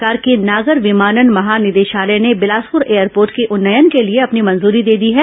भारत सरकार के नागर विमानन महानिदेशालय ने बिलासपुर एयरपोर्ट के उन्नयन के लिए अपनी मंजूरी दे दी है